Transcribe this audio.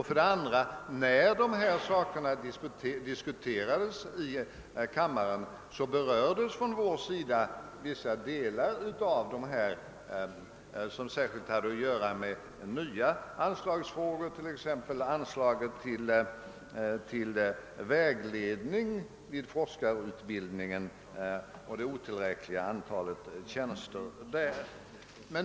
För det andra är det så att vi när anslagsfrågorna nyligen diskuterades i kammaren bl a. framhöll, att anslaget till vägledning vid forskarutbildning var otillräckligt och att antalet tjänster var för litet.